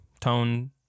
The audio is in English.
tone